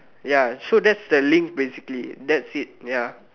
ya so that's the link basically that's it ya